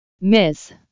miss